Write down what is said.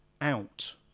out